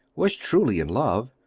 was truly in love,